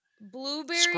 Blueberry